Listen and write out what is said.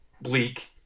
bleak